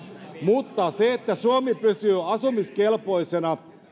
mutta se että suomi pysyy asumiskelpoisena